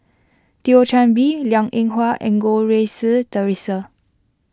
Thio Chan Bee Liang Eng Hwa and Goh Rui Si theresa